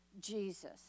jesus